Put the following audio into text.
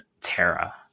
Terra